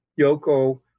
Yoko